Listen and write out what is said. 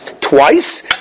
twice